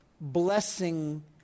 blessing